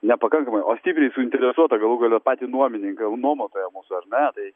nepakankamai o stipriai suinteresuotą galų gale patį nuomininką jau nuomotoją mūsų ar ne tai